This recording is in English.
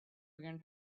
began